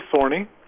thorny